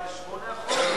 זה היה בשנת 2008, החוק?